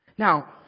Now